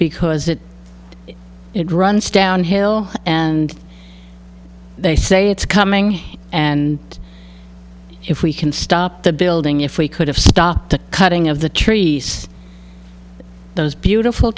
because it runs downhill and they say it's coming and if we can stop the building if we could have stopped the cutting of the trees those beautiful